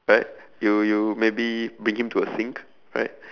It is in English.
right you you maybe bring him to a sink right